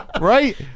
right